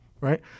right